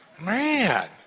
Man